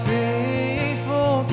faithful